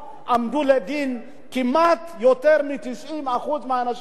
כמעט יותר מ-90% מהאנשים האלה לא עומדים לדין